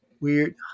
weird